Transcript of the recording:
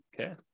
Okay